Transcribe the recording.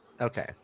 Okay